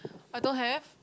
I don't have